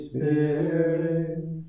Spirit